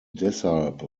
deshalb